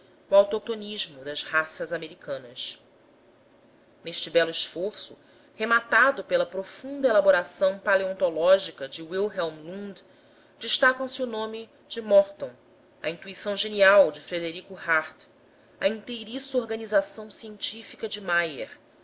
o autoctonismo das raças americanas neste belo esforço rematado pela profunda elaboração paleontológica de wilhelm lund destacam se o nome de morton a intuição genial de frederico hartt a inteiriça organização científica de meyer